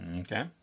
Okay